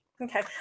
Okay